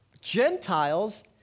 Gentiles